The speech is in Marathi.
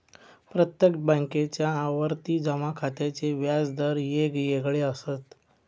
प्रत्येक बॅन्केच्या आवर्ती जमा खात्याचे व्याज दर येगयेगळे असत